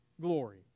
glory